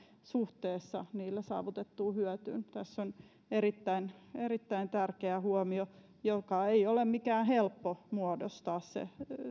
suhteessa niillä saavutettuun hyötyyn tässä on erittäin erittäin tärkeä huomio ei ole mitenkään helppoa muodostaa se